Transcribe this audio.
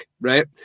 right